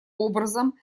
образом